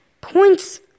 points